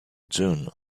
june